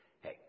hey